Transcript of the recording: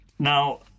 Now